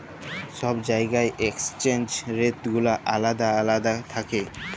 ছব জায়গার exchange rate গুলা আলেদা আলেদা থ্যাকে